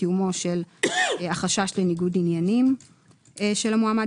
קיומו של החשש לניגוד עניינים של המועמד,